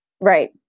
Right